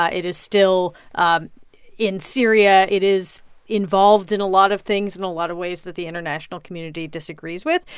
ah it is still ah in syria. it is involved in a lot of things in a lot of ways that the international community disagrees with.